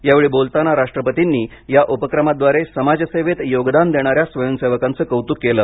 यावेळी बोलताना राष्ट्रपतींनी या उपक्रमाद्वारे समाजसेवेत योगदान देणाऱ्या स्वयंसेवकांच कौतुक केलं